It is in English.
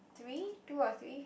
three two or three